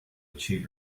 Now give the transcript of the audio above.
achieve